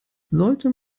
sollte